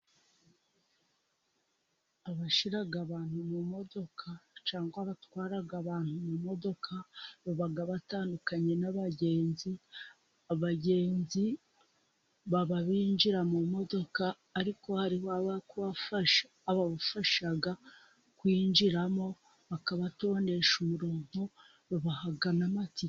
Abashyira abantu mu modoka cyangwa abatwara abantu mu modoka baba batandukanye n'abagenzi, abagenzi baba binjira mu modoka ariko hariho ababafasha kwinjiramo, bakabatodesha umurongo, babaha n'amatike.